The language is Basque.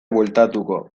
bueltatuko